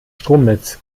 stromnetz